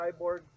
cyborg